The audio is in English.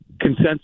consensus